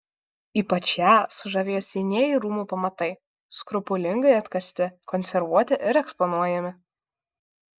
ypač ją sužavėjo senieji rūmų pamatai skrupulingai atkasti konservuoti ir eksponuojami